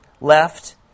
left